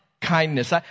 kindness